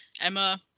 Emma